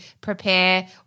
prepare